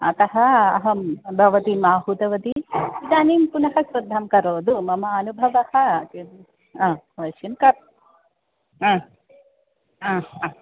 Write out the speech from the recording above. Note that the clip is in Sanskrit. अतः अहं भवतीमाहूतवती इदानीं पुनः श्रद्धां करोतु मम अनुभवः आ शिन्का म् आ आ